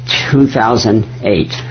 2008